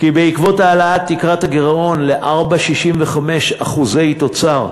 כי בעקבות העלאת תקרת הגירעון ל-4.65% תוצר,